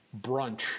brunch